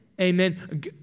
Amen